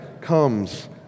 comes